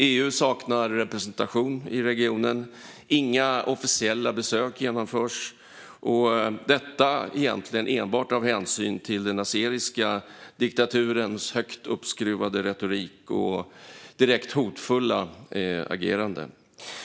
EU saknar representation i regionen. Inga officiella besök genomförs, och detta är egentligen enbart av hänsyn till den azerbajdzjanska diktaturens högt uppskruvade retorik och direkt hotfulla agerande.